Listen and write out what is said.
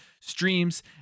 streams